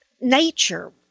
nature